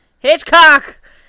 Hitchcock